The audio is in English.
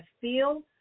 feel